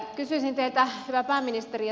kysyisin teiltä hyvä pääministeri